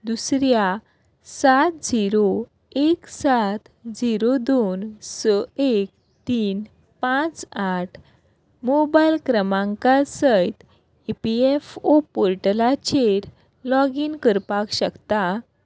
दुसऱ्या सात झिरो एक सात झिरो दोन स एक तीन पांच आठ मोबायल क्रमांका सयत ई पी एफ ओ पोर्टलाचेर लॉगीन करपाक शकता